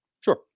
Sure